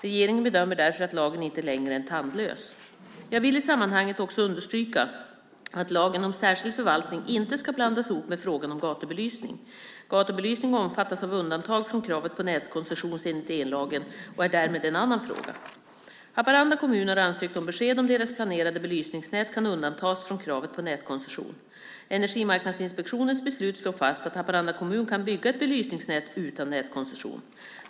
Regeringen bedömer därför att lagen inte längre är tandlös. Jag vill i sammanhanget också understryka att lagen om särskild förvaltning inte ska blandas ihop med frågan om gatubelysning. Gatubelysning omfattas av undantag från kravet på nätkoncession enligt ellagen och är därmed en annan fråga. Haparanda kommun har ansökt om besked om deras planerade belysningsnät kan undantas från kravet på nätkoncession. Energimarknadsinspektionens beslut slår fast att Haparanda kommun kan bygga ett belysningsnät utan nätkoncession.